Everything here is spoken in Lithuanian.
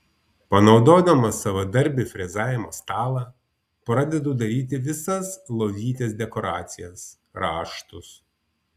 panaudodamas savadarbį frezavimo stalą pradedu daryti visas lovytės dekoracijas raštus